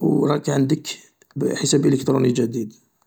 و راك عندك حساب إلكتروني جديد.